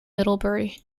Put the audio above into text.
middlebury